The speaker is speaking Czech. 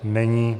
Není.